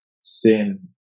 sin